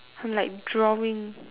hmm like drawing